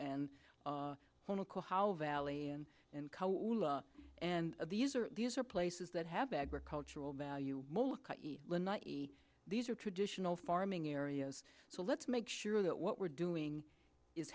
and valley and and and these are these are places that have agricultural value these are traditional farming areas so let's make sure that what we're doing is